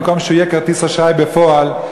במקום שהוא יהיה כרטיס אשראי בפועל,